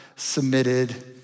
submitted